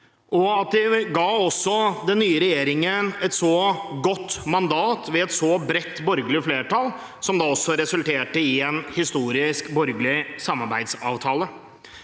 og at de ga den nye regjeringen et godt mandat med et bredt borgerlig flertall, som resulterte i en historisk borgerlig samarbeidsavtale.